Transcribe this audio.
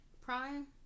Prime